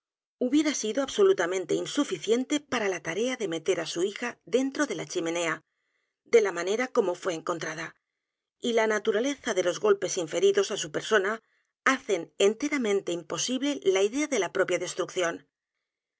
hubiera sido absolutamente insuficiente p a r a la tarea de meter su hija dentro de la chimenea de la manera como fué e n c o n t r a d a y la naturaleza de los golpes inferidos á su persona hacen enteramente imposible la idea de la propia destrucción